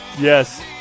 Yes